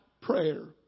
prayer